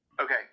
Okay